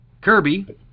Kirby